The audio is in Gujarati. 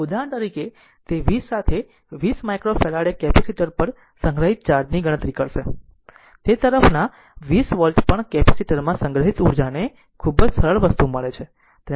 ઉદાહરણ તરીકે તે 20 સાથે 20 માઇક્રોફેરાડે કેપેસિટર પર સંગ્રહિત ચાર્જ ની ગણતરી કરે છે તે તરફના 20 વોલ્ટ પણ કેપેસિટર માં સંગ્રહિત ઉર્જાને ખૂબ જ સરળ વસ્તુ મળે છે